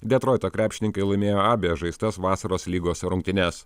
detroito krepšininkai laimėjo abejas žaistas vasaros lygos rungtynes